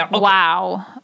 Wow